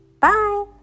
bye